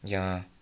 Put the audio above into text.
ya